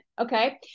Okay